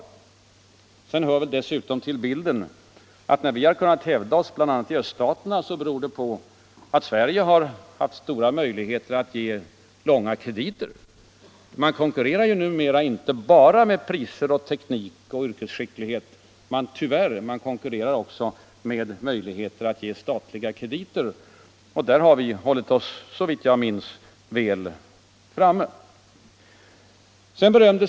Dessutom hör det väl till bilden att när vi har kunnat hävda oss bl.a. i öststaterna beror det på att Sverige har haft stora möjligheter att ge långa krediter. Man konkurrerar ju numera inte bara med priser, teknik och yrkesskicklighet, utan — tyvärr — man konkurrerar också med möjligheter att ge statliga krediter, och där har vi såvitt jag minns hållit oss väl framme.